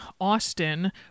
Austin